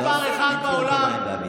דבר ראשון,